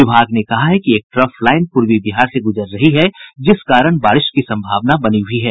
विभाग ने कहा है कि एक ट्रफ लाईन पूर्वी बिहार से गुजर रही है जिस कारण बारिश की संभावना बनी हुई है